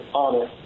honor